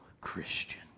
Christian